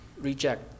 reject